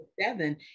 seven